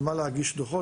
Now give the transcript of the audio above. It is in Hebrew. על מה להגיש דוחות.